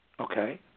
Okay